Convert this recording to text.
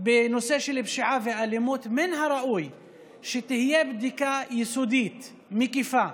בפשיעה ובאלימות, תהיה בדיקה יסודית מקיפה.